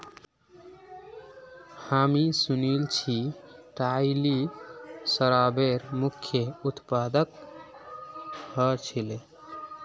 हामी सुनिल छि इटली शराबेर मुख्य उत्पादक ह छिले